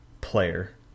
player